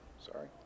Sorry